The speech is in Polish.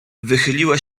wychyliła